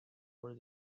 where